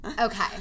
Okay